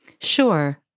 Sure